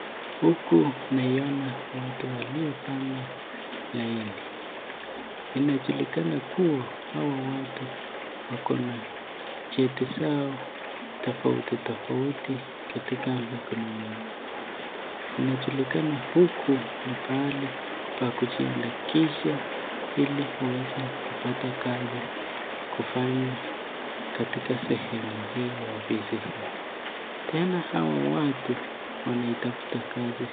Watu walIopanga laini na wana cheti zao tofauti tofauti katika mikononi mwao. Ni mahali pa kujiandikisha ili uweze kupata kazi kufanya katika sehemu hii ya ofisi. Hawa watu wanaitafuta kazi.